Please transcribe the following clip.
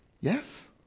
Yes